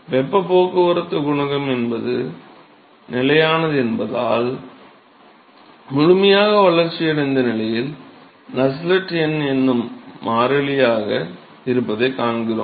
வெப்பப் போக்குவரத்து குணகம் நிலையானது என்பதால் முழுமையாக வளர்ச்சியடைந்த நிலையில் நஸ்ஸெல்ட் எண்ணும் மாறிலியாக இருப்பதைக் காண்கிறோம்